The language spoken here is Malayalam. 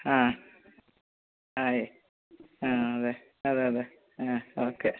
ആ ആയി ആ അതെ അതെയതെ ആ ഓക്കെ